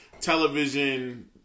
television